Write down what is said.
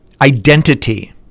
identity